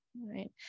right